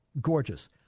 Gorgeous